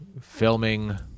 filming